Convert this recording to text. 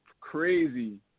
crazy